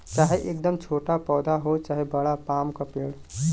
चाहे एकदम छोटा पौधा हो चाहे बड़ा पाम क पेड़